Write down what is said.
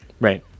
Right